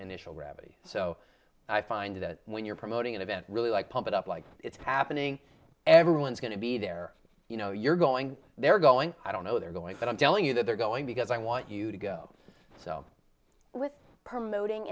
initial gravity so i find that when you're promoting an event really like pump it up like it's happening everyone is going to be there you know you're going there going i don't know they're going but i'm telling you that they're going because i want you to go so with promoting